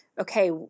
okay